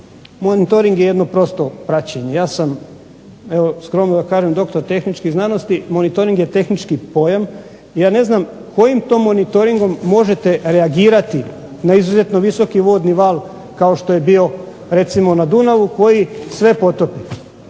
Monitoring je jedno prosto praćenje. Ja sam evo skromno da kažem doktor tehničkih znanosti. Monitoring je tehnički pojam. Ja ne znam kojim to monitoringom možete reagirati na izuzetno visoko vodni val kao što je bio recimo na Dunavu koji sve potopi.